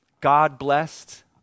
God-blessed